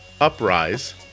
uprise